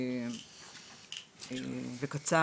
וקצר,